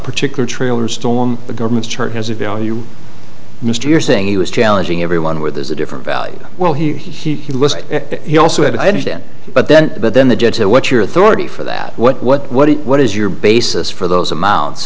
particular trailer storm the government church has a value mr you're saying he was challenging everyone where there's a different value well he he he also had i understand but then but then the judge said what your authority for that what what what what is your basis for those amount